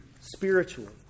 spiritually